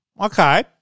okay